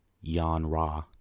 Yan-Ra